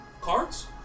Cards